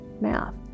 math